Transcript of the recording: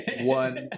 one